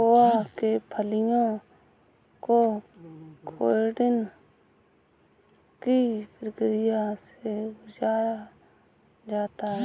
cocoa के फलियों को किण्वन की प्रक्रिया से गुजारा जाता है